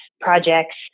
projects